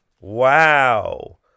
Wow